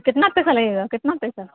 کتنا پیسہ لگے گا کتنا پیسہ